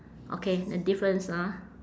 okay then difference ah